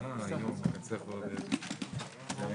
11:12.